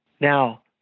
Now